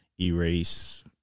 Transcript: erase